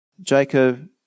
Jacob